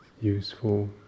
useful